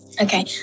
Okay